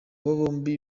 bombi